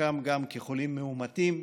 חלקם גם כחולים מאומתים,